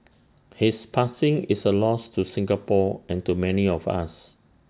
his passing is A loss to Singapore and to many of us